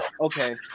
Okay